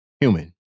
human